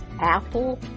Apple